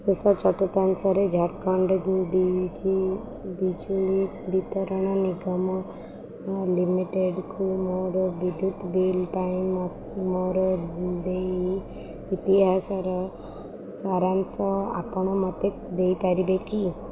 ଶେଷ ଚତୁର୍ଥାଂଶରେ ଝାଡ଼ଖଣ୍ଡ ବିଜୁଳି ବିତରଣ ନିଗମ ଲିମିଟେଡ଼୍ ମୋର ବିଦ୍ୟୁତ ବିଲ୍ ପାଇଁ ମୋର ଦେୟ ଇତିହାସର ସାରାଂଶ ଆପଣ ମୋତେ ଦେଇପାରିବେ କି